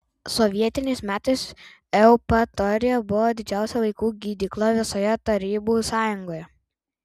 sovietiniais metais eupatorija buvo didžiausia vaikų gydykla visoje tarybų sąjungoje